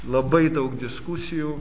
labai daug diskusijų